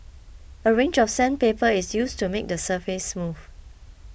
a range of sandpaper is used to make the surface smooth